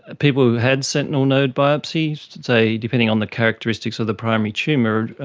people who had sentinel node biopsies, say depending on the characteristics of the primary tumour,